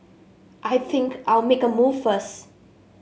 I think I'll make a move first